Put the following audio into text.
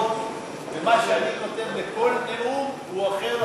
ומה שאני כותב לכל נאום הוא אחר לחלוטין.